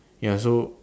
ya so